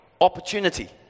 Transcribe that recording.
opportunity